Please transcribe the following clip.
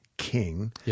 King